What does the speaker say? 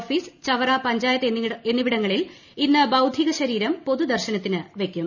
office Chavara panchayat എന്നിവടങ്ങളിൽ ഇന്ന് ഭൌതിക ശരീരം പൊതുദർശനത്തിന് വയ്ക്കും